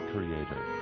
Creator